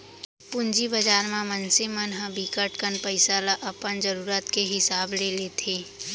पूंजी बजार म मनसे मन ह बिकट कन पइसा ल अपन जरूरत के हिसाब ले लेथे